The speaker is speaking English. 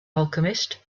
alchemist